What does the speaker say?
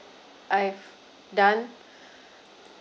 I've done